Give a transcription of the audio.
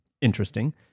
Interesting